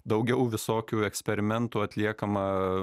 daugiau visokių eksperimentų atliekama